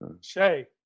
Shay